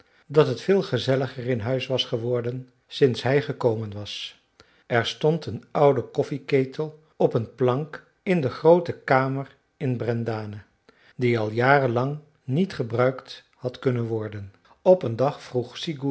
dat het veel gezelliger in huis was geworden sinds hij gekomen was er stond een oude koffieketel op een plank in de groote kamer in brendane die al jaren lang niet gebruikt had kunnen worden op een dag vroeg